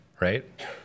right